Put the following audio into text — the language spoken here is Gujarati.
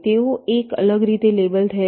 તેઓ એક અલગ રીતે લેબલ થયેલ છે